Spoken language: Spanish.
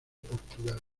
portugal